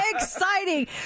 exciting